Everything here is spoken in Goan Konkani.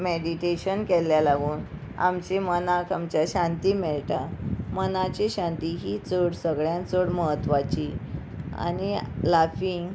मेडिटेशन केल्ल्या लागून आमची मनाक आमच्या शांती मेळटा मनाची शांती ही चड सगळ्यान चड म्हत्वाची आनी लाफींग